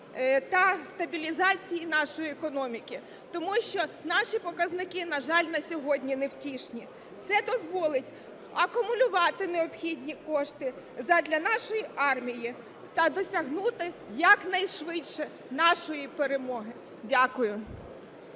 та стабілізації нашої економіки. Тому що наші показники, на жаль, на сьогодні невтішні. Це дозволить акумулювати необхідні кошти задля нашої армії та досягнути якнайшвидше нашої перемоги. Дякую.